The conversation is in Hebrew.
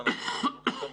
שאנחנו מכשירים מפקחים,